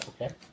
Okay